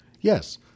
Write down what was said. Yes